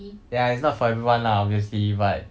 ya it's not for everyone lah obviously but